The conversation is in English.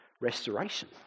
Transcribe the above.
restoration